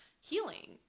healing